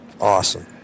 Awesome